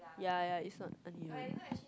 ya ya it's not uneven